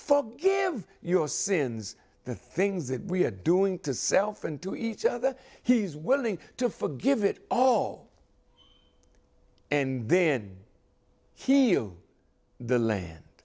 forgive your sins the things that we are doing to self and to each other he's willing to forgive it all and then heal the land